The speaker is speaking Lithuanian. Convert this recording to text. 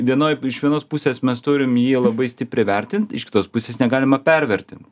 vienoj iš vienos pusės mes turim jį labai stipriai vertint iš kitos pusės negalima pervertint